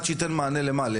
אחד שייתן מענה לכמה?